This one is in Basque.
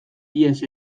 ihes